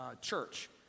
church